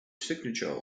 signature